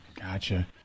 Gotcha